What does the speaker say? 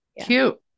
cute